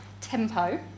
tempo